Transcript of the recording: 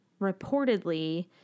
reportedly